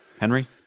Henry